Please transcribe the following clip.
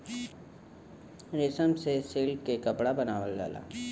रेशम से सिल्क के कपड़ा बनावल जाला